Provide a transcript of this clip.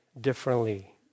differently